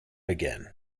again